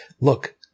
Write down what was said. look